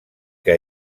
que